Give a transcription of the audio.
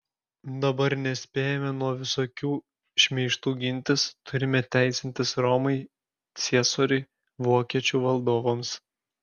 dabar nespėjame nuo visokių šmeižtų gintis turime teisintis romai ciesoriui vokiečių valdovams